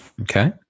Okay